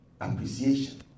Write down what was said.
Appreciation